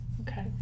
Okay